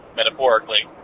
metaphorically